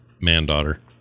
man-daughter